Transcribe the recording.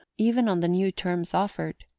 even on the new terms offered.